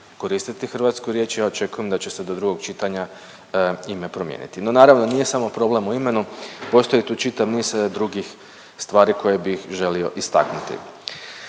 koristiti hrvatsku riječ i ja očekujem da će se do drugog čitanja ime promijeniti. No naravno nije samo problem u imenu, postoji tu čitav niz drugih stvari koje bih želio istaknuti.